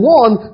one